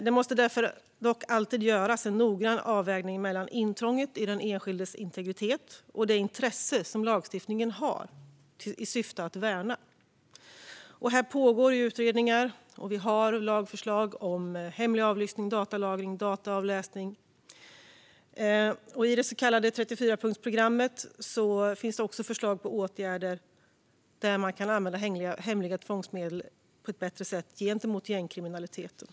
Det måste dock alltid göras en noggrann avvägning mellan intrånget i den enskildes integritet och det intresse som lagstiftningen har till syfte att värna. Utredningar pågår. Vi har lagförslag om hemlig avlyssning, datalagring och dataavläsning. I det så kallade 34-punktsprogrammet finns förslag på åtgärder där man kan använda hemliga tvångsmedel på ett bättre sätt gentemot gängkriminaliteten.